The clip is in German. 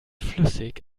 flüssig